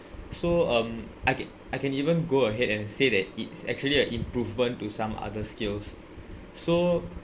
so um I ca~ I can even go ahead and say that it's actually a improvement to some other skills so